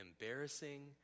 embarrassing